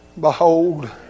behold